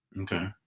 Okay